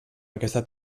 aquesta